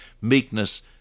meekness